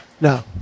No